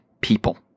people